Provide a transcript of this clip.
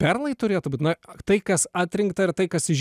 perlai turėtų būt na tai kas atrinkta ir tai kas iš